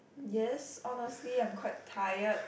yes honestly I'm quite tired